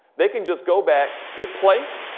they can just go back, hit play,